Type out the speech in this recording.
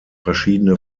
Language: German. verschiedene